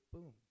Boom